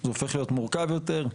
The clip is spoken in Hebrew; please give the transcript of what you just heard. זה הפוך למורכב יותר.